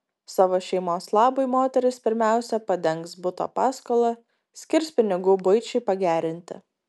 savo šeimos labui moteris pirmiausia padengs buto paskolą skirs pinigų buičiai pagerinti